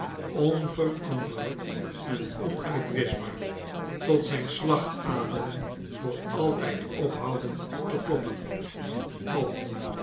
onveranderlrjk en onuitwischbaar tot zijn slagaderen voor altijd ophouden te kloppen